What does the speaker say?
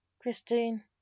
Christine